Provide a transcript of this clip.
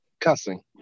cussing